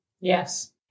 Yes